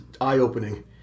eye-opening